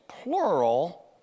Plural